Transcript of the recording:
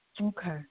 Okay